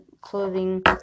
clothing